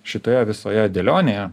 šitoje visoje dėlionėje